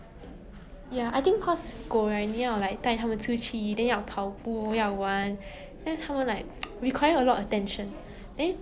keep wagging their tail in front of you then like too much attention needed ah then especially when 你做工 then 回家 !wah!